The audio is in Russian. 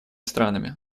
странами